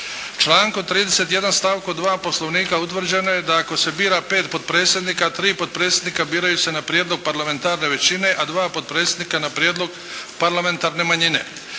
Člankom 31. stavkom 2. Poslovnika utvrđeno je da ako se bira 5 potpredsjednika, 3 potpredsjednika biraju se na prijedlog parlamentarne većine, a 2 potpredsjednika na prijedlog parlamentarne manjine.